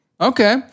Okay